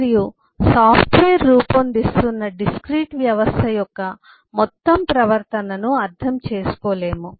మరియు సాఫ్ట్వేర్ రూపొందిస్తున్న డిస్క్రీట్ వ్యవస్థ యొక్క మొత్తం ప్రవర్తనను అర్థం చేసుకోలేము